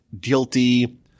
guilty